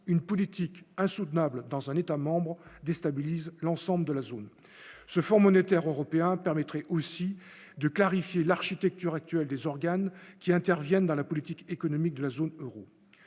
une politique insoutenable dans un État-membre déstabilise l'ensemble de la zone, ce fonds monétaire européen permettrait aussi de clarifier l'architecture actuelle des organes qui interviennent dans la politique économique de la zone Euro,